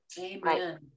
Amen